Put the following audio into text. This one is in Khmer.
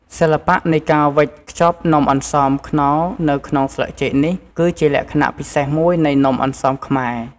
សិល្បៈនៃការវេចខ្ចប់នំអន្សមខ្នុរនៅក្នុងស្លឹកចេកនេះ គឺជាលក្ខណៈពិសេសមួយនៃនំអន្សមខ្មែរ។